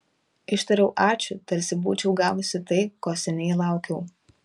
ištariau ačiū tarsi būčiau gavusi tai ko seniai laukiau